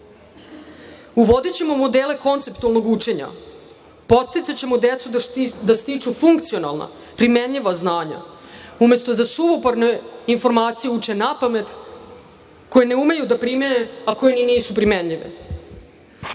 razvoja. Uvodićemo modele konceptualnog učenja. Podsticaćemo decu da stiču funkcionalna, primenjiva znanja, umesto da suvoparne informacije uče napamet, koje ne umeju da primene, a koje ni nisu primenjive.